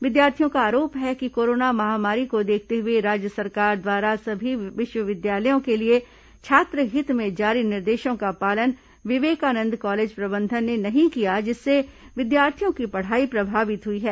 विद्यार्थियों का आरोप है कि कोरोना महामारी को देखते हुए राज्य सरकार द्वारा सभी विश्वविद्यालयों के लिए छात्रहित में जारी निर्देशों का पालन विवेकानंद कॉलेज प्रबंधन ने नहीं किया जिससे विद्यार्थियों की पढ़ाई प्रभावित हुई है